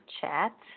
chat